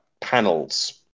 panels